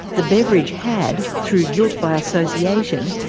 the beverage had, through guilt by association,